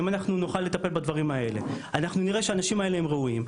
אם אנחנו נוכל לטפל בדברים האלה אנחנו נראה שהדברים האלה הם ראויים,